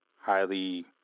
highly